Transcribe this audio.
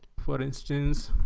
for instance,